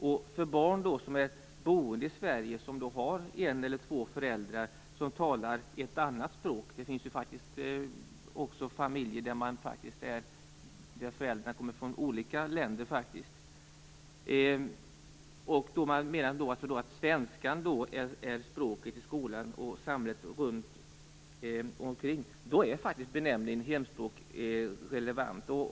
Beträffande barn som är boende i Sverige och som har en eller två föräldrar som talar ett annat språk - men det finns ju också familjer där föräldrarna kommer från olika länder - menar man att svenska är språket i skolan och i samhället runt omkring. Då är faktiskt benämningen hemspråk relevant.